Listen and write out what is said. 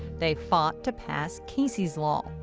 they fought to pass casey's law.